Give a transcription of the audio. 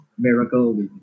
miracle